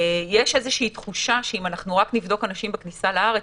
יש איזושהי תחושה שאם אנחנו רק נבדוק אנשים בכניסה לארץ,